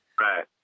Right